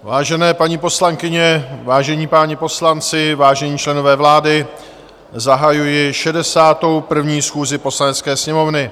Vážené paní poslankyně, vážení páni poslanci, vážení členové vlády, zahajuji 61. schůzi Poslanecké sněmovny.